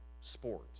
sport